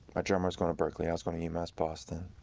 dreamt i was going to berklee, i was going to umass boston.